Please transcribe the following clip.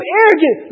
arrogant